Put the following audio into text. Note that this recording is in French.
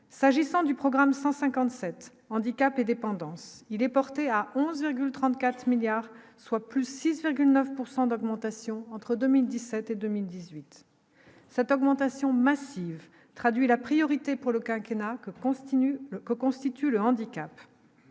s'agissant du programme 157 Handicap et dépendance, il est porté à 34 milliards, soit plus 6,9 pourcent d'augmentation entre 2017 et 2018 ça peut augmentation massive traduit la priorité pour le quinquennat que constitue que constitue